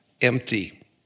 empty